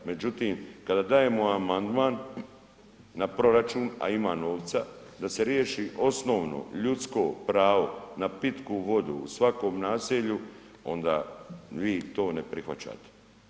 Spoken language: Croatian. Međutim, kada dajemo amandman na proračun a ima novca da se riješi osnovno ljudsko pravo na pitku vodu u svakom naselju onda vi to ne prihvaćate.